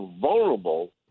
vulnerable